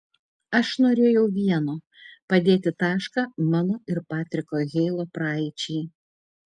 aš norėjau vieno padėti tašką mano ir patriko heilo praeičiai